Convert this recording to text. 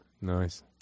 Nice